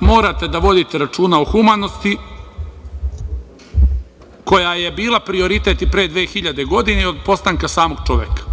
morate da vodite računa o humanosti, koja je bila prioritet i pre 2.000 godina i od postanka samog čoveka